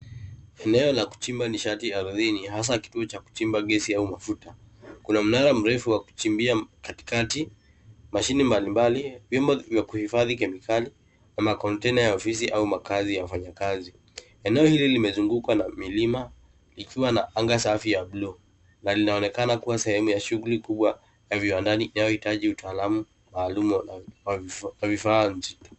Eneo la kuchimba nishati ardhini ,hasa kituo cha kuchimba gesi au mafuta, kuna mnara mrefu wa kuchimbia katikati, mashini mbalimbali, vyombo vya kuhifadhi kemikali na makontena ya ofisi au makazi ya wafanyakazi. Eneo hili limezungukwa na milima, ikiwa na anga safi ya blue na linaonekana kuwa sehemu ya shughuli kubwa ya viwandani inayohitaji utaalamu maalum wa vifaa.